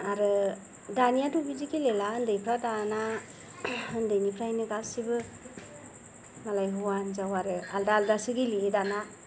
आरो दानियाथ' बिदि गेलेला उन्दैफ्रा दाना उन्दैनिफ्रायनो गासैबो मालाय हौवा हिनजाव आरो आलादा आलादासो गेलेयो दाना